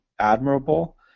admirable